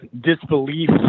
disbelief